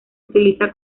utiliza